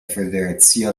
federacia